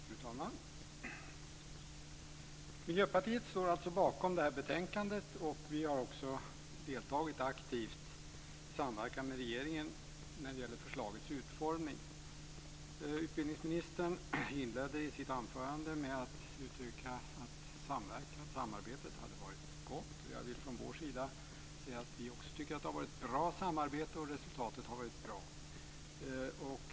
Fru talman! Miljöpartiet står alltså bakom detta betänkande, och vi har också deltagit aktivt i samverkan med regeringen när det gäller förslagets utformning. Utbildningsministern inledde sitt anförande med att uttrycka att samarbetet hade varit gott. Och jag vill från vår sida säga att vi också tycker att det har varit ett bra samarbete och att resultatet har varit bra.